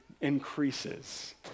increases